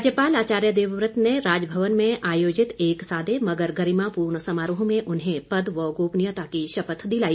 राज्यपाल आचार्य देवव्रत ने राजभवन में आयोजित एक सादे मगर गरिमापूर्ण समारोह में उन्हें पद व गोपनीयता की शपथ दिलाई